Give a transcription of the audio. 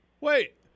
Wait